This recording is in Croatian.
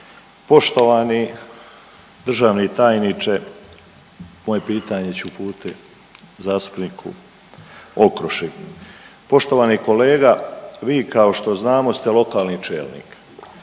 Poštovani državni tajniče moje pitanje ću uputiti zastupniku Okroši. Poštovani kolega, vi kao što znamo ste lokalni čelnik,